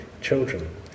children